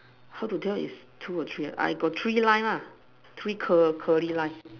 how to tell is two or three ah I got three line lah three Curl~ curly line